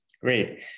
Great